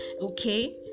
okay